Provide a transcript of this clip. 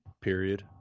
period